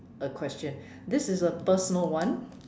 a question this is a personal one